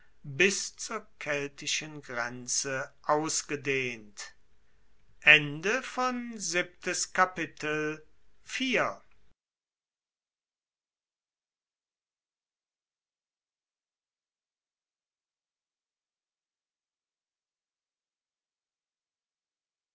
bis zur keltischen grenze ausgedehnt